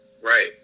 Right